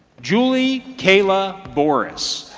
julie kayla boris.